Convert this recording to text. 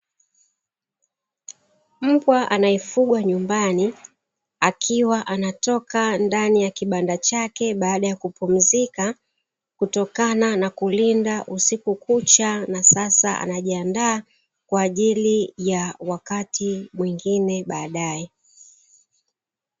Mbwa anayefugwa nyumbani akiwa anatoka ndani ya kibanda chake baada ya kupumzika, kutokana na kulinda usiku kucha na sasa anajiandaa kwa ajili ya wakati mwingine baadaye.